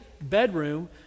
bedroom